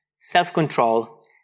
self-control